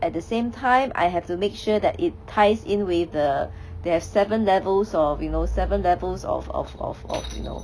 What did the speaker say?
at the same time I have to make sure that it ties in with the there is seven levels of you know seven levels of of of of you know